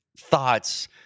thoughts